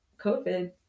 COVID